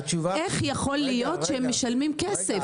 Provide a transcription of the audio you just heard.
איך יכול להיות שהם משלמים כסף?